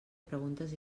preguntes